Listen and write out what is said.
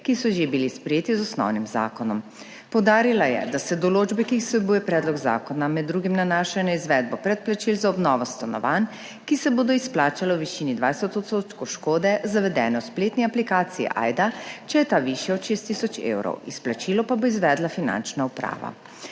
ki so že bili sprejeti z osnovnim zakonom. Poudarila je, da se določbe, ki jih vsebuje predlog zakona, med drugim nanašajo na izvedbo predplačil za obnovo stanovanj, ki se bodo izplačale v višini 20 % škode zavedene v spletni aplikaciji Ajda, če je ta višja od 6 tisoč evrov, izplačilo pa bo izvedla Finančna uprava.